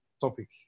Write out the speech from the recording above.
topic